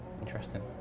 Interesting